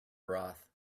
broth